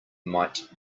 might